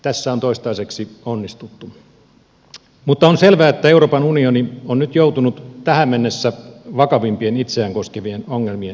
tässä on toistaiseksi onnistuttu mutta on selvää että euroopan unioni on nyt joutunut tähän mennessä vakavimpien itseään koskevien ongelmien eteen